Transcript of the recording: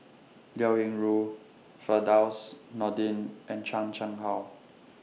Liao Yingru Firdaus Nordin and Chan Chang How